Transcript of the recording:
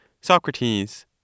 Socrates